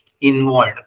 involved